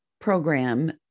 program